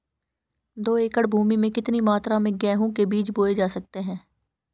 दो एकड़ भूमि में कितनी मात्रा में गेहूँ के बीज बोये जा सकते हैं?